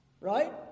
Right